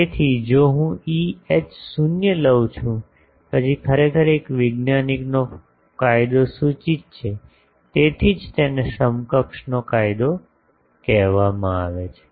તેથી જો હું E H શૂન્ય લવ છુ પછી ખરેખર એક વૈજ્ઞાનિકનો કાયદો સૂચિત છે તેથી જ તેને સમકક્ષ નો કાયદો કહેવામાં આવે છે